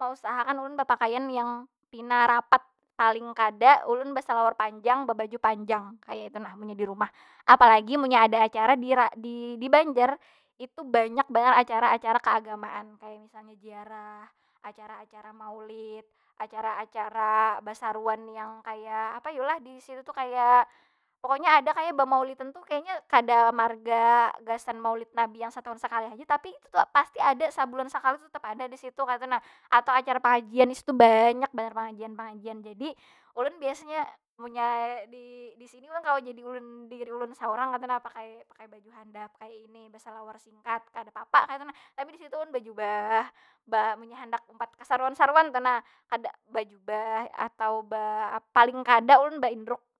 mausahakan ulun bapakaian yang pina rapat. paling kada ulun basalawar panjang, babaju panjang. kaya itu nah munnya di rumah. Apalagi munnya ada acara di di banjar itu banyak banar acara- acara kaagamaan. Kaya misalnya ziarah, acara- acara maulid, acara- acara basaruan yang kaya apa yu lah? Di situ tu kaya, pokonya ada kaya bemaulidan tu kayanya kada marga gasan maulid nabi yang satahun sakali haja. Tapi itu tu pasti ada sabulan sakali, tetep ada di situ kaytu nah. Atau acara pangajian, di situ banyak banar pangajian- pangajian. Jadi ulun biasanya munnya di- disini ulun kawa jadi ulun, diri ulun saurang kaytu nah. Pakai- pakai baju handap, kaya ini. basalawar singkat, kada papa kaytu nah. Tapi di situ ulun bajubah, munnya handak umpat kasaruan- saruan tu nah. bajubah atau paling kada ulun ba endruk.